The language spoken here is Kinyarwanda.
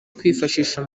kwifashisha